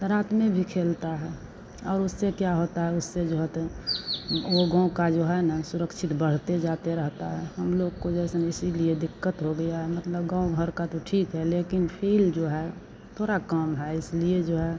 रात में भी खेलता है और उससे क्या होता है उससे जो होता वह गाँव का जो है ना सुरक्षित बढ़ते जाते रहता है हम लोग को जैसे इसलिए दिक्कत हो गया मतलब गाँव भर का तो ठीक है लेकिन फील जो है पूरा गाँव में है इसलिए जो है